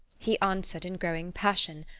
he answered in growing passion,